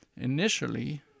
initially